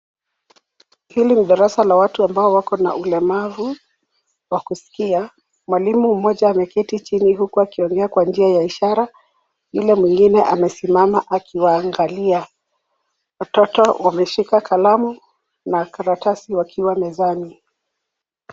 Hili ni darasa ambalo liko na watu walemavu wa kuskia , mwalimu mmoja ameketi chini huku akiongea kwanjia ya ishara yule mwingine amesimama akiwaangalia. Watoto wameshika kalamu na karatasi wakiwa mezani.